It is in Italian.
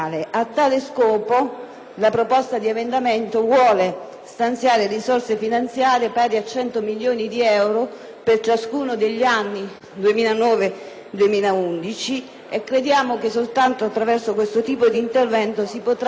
tale scopo, l'emendamento 2.2 vuole stanziare risorse finanziarie pari a 100 milioni di euro per ciascuno degli anni 2009-2011. Crediamo che soltanto attraverso questo tipo di intervento si potrà davvero